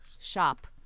Shop